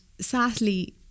sadly